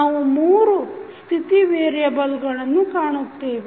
ನಾವು 3 ಸ್ಥಿತಿ ವೇರಿಯೆಬಲ್ಗಳನ್ನು ಕಾಣುತ್ತೇವೆ